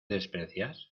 desprecias